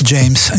James